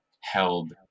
held